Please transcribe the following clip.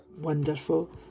Wonderful